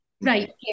Right